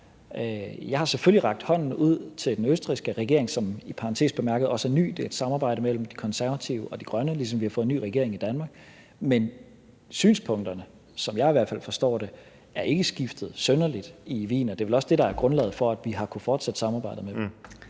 Jeg har selvfølgelig rakt hånden ud til den østrigske regering, som i parentes bemærket også er ny – det er et samarbejde mellem De Konservative og De Grønne – ligesom vi har fået ny regering i Danmark, men synspunkterne, som jeg i hvert fald forstår dem, er ikke skiftet synderlig i Wien, og det er vel også det, der er grundlaget for, at vi har kunnet fortsætte samarbejdet med dem.